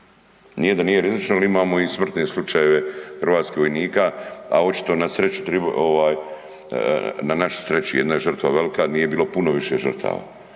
Nije da nije rizično jer imamo i smrtne slučajeve hrvatskih vojnika a očito na našu sreću, jedna je žrtva velika, nije ih puno više žrtava.